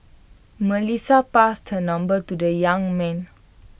Melissa passed her number to the young man